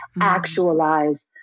actualize